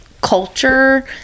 culture